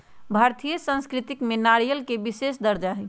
भारतीय संस्कृति में नारियल के विशेष दर्जा हई